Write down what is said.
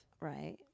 Right